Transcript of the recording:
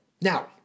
Now